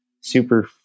super